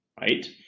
right